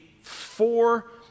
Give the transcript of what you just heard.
four